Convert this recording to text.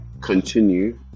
continue